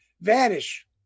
vanish